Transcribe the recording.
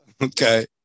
okay